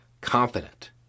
confident